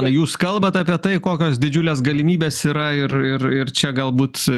jūs kalbat apie tai kokios didžiulės galimybės yra ir ir ir čia galbūt